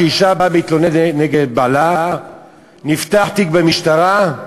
כשאישה באה ומתלוננת נגד בעלה נפתח תיק במשטרה,